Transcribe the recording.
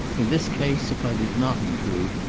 in this case, if i did not intrude,